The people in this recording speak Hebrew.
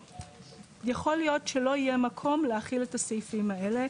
יכול להיות שלא יהיה מקום להחיל את הסעיפים האלה,